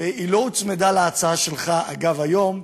לא הוצמדה להצעה שלך, אגב, היום,